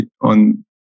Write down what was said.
on